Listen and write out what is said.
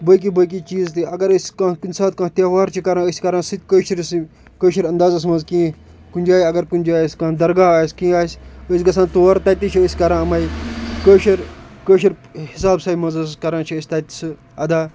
باقٕے باقٕے چیٖز تہِ اگر أسۍ کانٛہہ کُنہِ ساتہٕ کانٛہہ تہوار چھِ کَران أسی چھِ کَران سُہ تہِ کٲشرِسٕے کٲشر اندازس منٛز کیٚنٛہہ کُنہِ جایہِ اگر کُنہِ جایہ اَسہِ کانٛہہ درگاہ اَسہِ کیٚنٛہہ اَسہِ أسۍ گَژھان تور تَتہِ چھِ أسی کَران یِم کٲشر کٲشر حِسابسٕےمنٛز حظ کَران تَتہِ سُہ اَدا